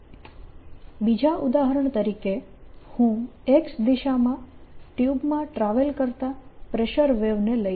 Vertical ForceT∂y∂xxt2yx2x ∂y∂xxtT2yx2xμ x2yt2 2yx2T2yt2 v2T બીજા ઉદાહરણ તરીકે હું x દિશામાં ટ્યુબમાં ટ્રાવેલ કરતા પ્રેશર વેવ ને લઈશ